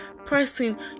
pressing